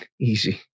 easy